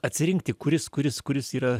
atsirinkti kuris kuris kuris yra